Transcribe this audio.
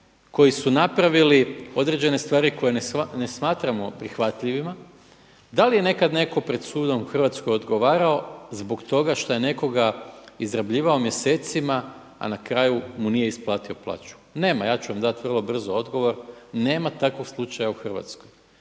koji su napravili određene stvari koje ne smatramo prihvatljivima, da li je nekad netko pred sudom u Hrvatskoj odgovarao zbog toga što je nekoga izrabljivao mjesecima a na kraju mu nije isplatio plaću. Nema, ja ću vam dati vrlo brzo odgovor, nema takvog slučaju u Hrvatskoj.